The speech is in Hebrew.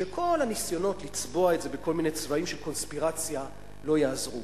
שכל הניסיונות לצבוע את זה בכל מיני בצבעים של קונספירציה לא יעזרו.